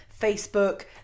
Facebook